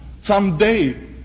someday